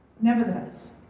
Nevertheless